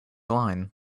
line